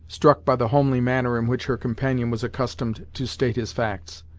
struck by the homely manner in which her companion was accustomed to state his facts.